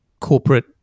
corporate